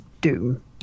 Doom